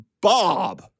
Bob